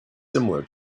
similar